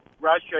Russia